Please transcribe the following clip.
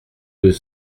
deux